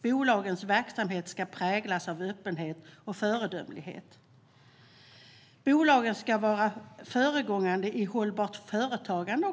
Bolagens verksamhet ska präglas av öppenhet och föredömlighet. Bolagen ska vara föregångare i hållbart företagande.